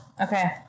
Okay